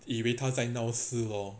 以为他在闹事 lor